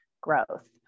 growth